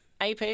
AP